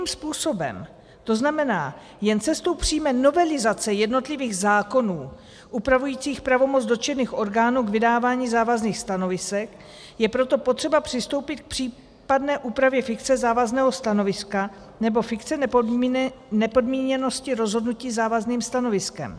Stejným způsobem, to znamená jen cestou přímé novelizace jednotlivých zákonů upravujících pravomoc dotčených orgánů k vydávání závazných stanovisek, je proto potřeba přistoupit k případné úpravě fikce závazného stanoviska nebo fikce nepodmíněnosti rozhodnutí závazným stanoviskem.